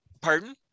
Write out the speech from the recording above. Pardon